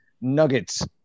nuggets